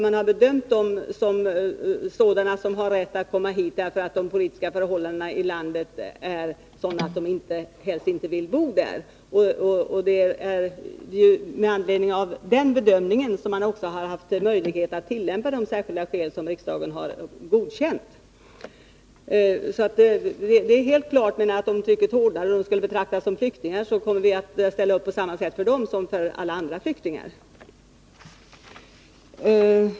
Man har bedömt dem som människor som har rätt att komma hit därför att de politiska förhållandena i landet är sådana att de helst inte vill bo där. Det är med anledning av den bedömningen som man ofta har möjlighet att tillämpa de särskilda skäl som riksdagen har godkänt. Det är alltså helt klart att om trycket hårdnar och dessa människor skulle betraktas som flyktingar så kommer vi att ställa upp på samma sätt för dem som för alla andra flyktingar.